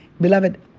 Beloved